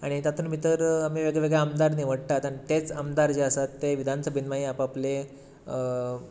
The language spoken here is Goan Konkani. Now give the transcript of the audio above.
आनी तातूंत भितर आमी वेगळे वेगळे आमदार निवडटात आता तेच आमदार जे आसात ते विधानसभेंत मागीर आपआपलें